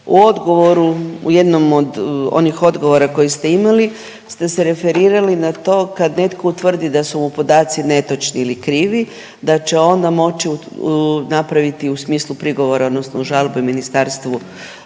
u jednom od onih odgovora koji ste imali ste se referirali na to kad netko utvrdi da su mu podaci netočni ili krivi da će ona moći napraviti u smislu prigovora odnosno žalbe ministarstvu,